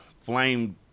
Flame